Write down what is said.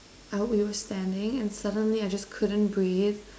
I we were standing and suddenly I just couldn't breathe